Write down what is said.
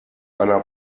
einer